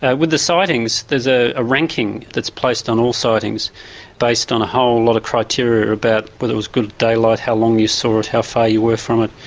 ah with the sightings, there is ah a ranking that's placed on all sightings based on a whole lot of criteria about whether it was good daylight, how long you saw it, how far you were from it,